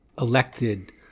elected